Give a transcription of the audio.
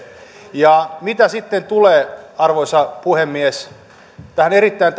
ja mitä sitten tulee arvoisa puhemies tähän erittäin